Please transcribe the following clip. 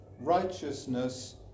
righteousness